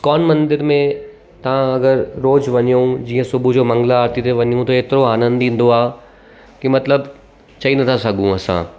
ISKCON मंदर में तव्हां अगरि रोज़ु वञूं जीअं सुबुह जो मंगला आरती ते वञूं त हेतिरो आनंद आहे की मतिलबु चई नथा सघूं असां